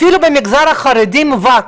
הוא שאפילו במגזר החרדי מובהק,